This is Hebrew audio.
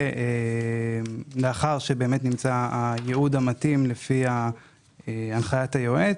המשאבים מוקצים לאחר שנמצא הייעוד המתאים לפי הנחיית היועץ.